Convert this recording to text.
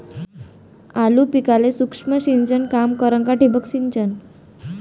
आलू पिकाले सूक्ष्म सिंचन काम करन का ठिबक सिंचन?